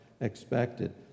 expected